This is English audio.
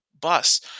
bus